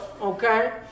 okay